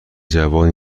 جوان